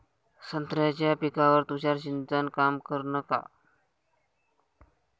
संत्र्याच्या पिकावर तुषार सिंचन काम करन का?